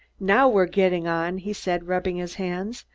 now we're getting on, he said, rubbing his hands.